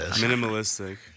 Minimalistic